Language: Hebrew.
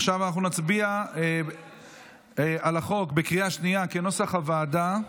עכשיו אנחנו נצביע על החוק בקריאה שנייה כנוסח הוועדה,